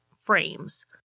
frames